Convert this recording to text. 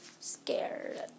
scared